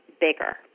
bigger